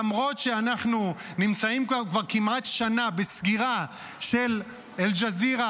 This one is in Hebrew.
למרות שאנחנו נמצאים כבר כמעט שנה בסגירה של אל-ג'זירה,